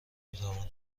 میتوان